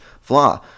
flaw